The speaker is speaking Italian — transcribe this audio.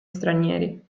stranieri